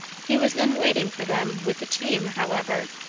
he was in waiting for them, with the team, however,